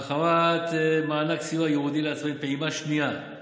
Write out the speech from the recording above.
הרחבת מענק סיוע ייעודי לעצמאים, פעימה שנייה: